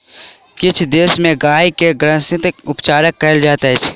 किछ देश में गाय के ग्रंथिरसक उपचार कयल जाइत अछि